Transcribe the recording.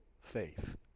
faith